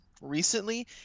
recently